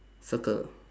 circle